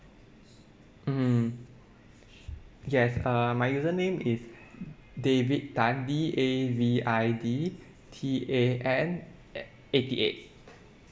mmhmm yes uh my username is david tan D A V I D T A N ei~ eighty eight